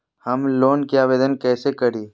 Home loan के आवेदन कैसे करि?